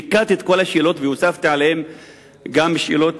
ליקטתי את כל השאלות, והוספתי עליהן גם שאלות